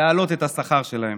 להעלות את השכר שלהם?